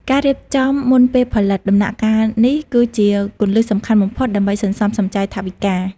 ការរៀបចំមុនពេលផលិត ដំណាក់កាលនេះគឺជាគន្លឹះសំខាន់បំផុតដើម្បីសន្សំសំចៃថវិកា។